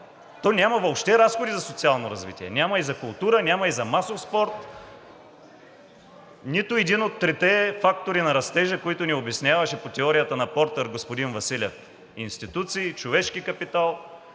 То няма въобще разходи за социално развитие. Няма и за култура, няма и за масов спорт. Нито един от трите фактори на растежа, които ни обясняваше по теорията на Портър господин Василев – институции, човешки капитал,